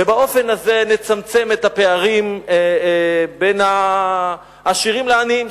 ובאופן הזה נצמצם את הפערים בין העשירים לעניים,